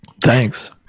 thanks